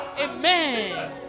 Amen